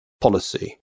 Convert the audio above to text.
policy